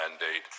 mandate